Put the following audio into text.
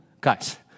guys